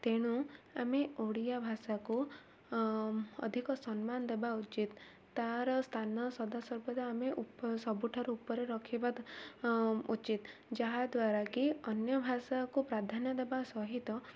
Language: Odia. ତେଣୁ ଆମେ ଓଡ଼ିଆ ଭାଷାକୁ ଅଧିକ ସମ୍ମାନ ଦେବା ଉଚିତ ତା'ର ସ୍ଥାନ ସଦାସର୍ବଦା ଆମେ ସବୁଠାରୁ ଉପରେ ରଖିବା ଉଚିତ ଯାହାଦ୍ୱାରା କି ଅନ୍ୟ ଭାଷାକୁ ପ୍ରାଧାନ୍ୟ ଦେବା ସହିତ